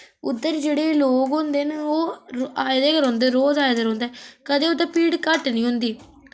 उद्धर जेह्ड़े लोक होंदे न ओह् आए दे गै रौह्नदे रोज आए दे रौह्नदे कदें उत्थै भीड़ घट्ट नि होंदी